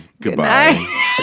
Goodbye